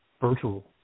virtual